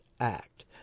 act